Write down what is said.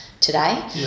today